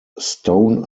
stone